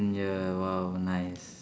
mm ya !wow! nice